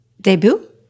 Debut